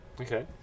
Okay